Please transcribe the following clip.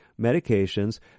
medications